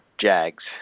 jags